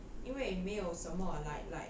因为没有什么 like like